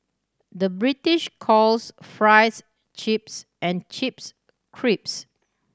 the British calls fries chips and chips crips